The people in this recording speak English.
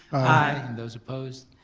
aye. and those opposed,